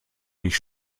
nicht